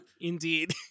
Indeed